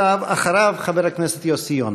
אחריו, חבר הכנסת יוסי יונה.